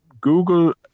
Google